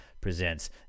presents